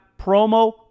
promo